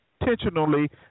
intentionally